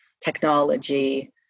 technology